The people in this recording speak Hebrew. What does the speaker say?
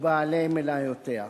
ובעלי מניותיה.